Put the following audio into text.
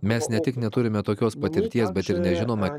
mes ne tik neturime tokios patirties bet ir nežinome